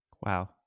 Wow